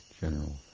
general